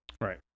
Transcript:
Right